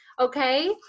okay